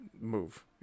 move